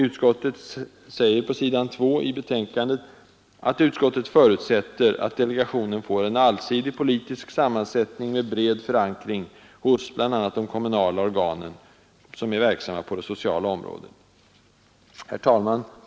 Utskottet skriver på s. 2 i betänkandet att utskottet förutsätter att delegationen får en allsidig politisk sammansättning med bred förankring hos bl.a. de kommunala organen inom det sociala området. Herr talman!